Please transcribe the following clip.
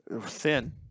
Thin